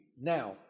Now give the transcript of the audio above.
Now